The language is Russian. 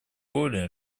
более